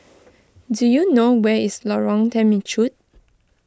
do you know where is Lorong Temechut